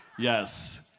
Yes